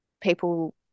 people